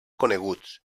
coneguts